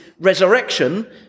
resurrection